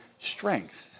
strength